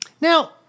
Now